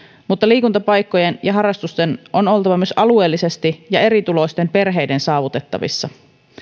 mutta liikuntapaikkojen ja harrastusten on oltava myös alueellisesti ja erituloisten perheiden saavutettavissa